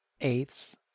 eighths